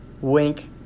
Wink